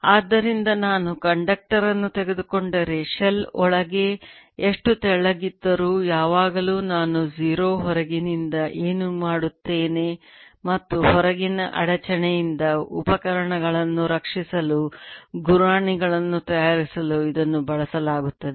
ಆದ್ದರಿಂದ ನಾನು ಕಂಡಕ್ಟರ್ ಅನ್ನು ತೆಗೆದುಕೊಂಡರೆ ಶೆಲ್ ಒಳಗೆ ಎಷ್ಟು ತೆಳ್ಳಗಿದ್ದರೂ ಯಾವಾಗಲೂ ನಾನು 0 ಹೊರಗಿನಿಂದ ಏನು ಮಾಡುತ್ತೇನೆ ಮತ್ತು ಹೊರಗಿನ ಅಡಚಣೆಯಿಂದ ಉಪಕರಣಗಳನ್ನು ರಕ್ಷಿಸಲು ಗುರಾಣಿಗಳನ್ನು ತಯಾರಿಸಲು ಇದನ್ನು ಬಳಸಲಾಗುತ್ತದೆ